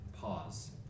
Pause